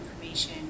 information